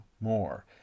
more